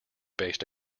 based